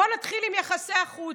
בוא נתחיל עם יחסי החוץ,